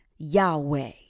Yahweh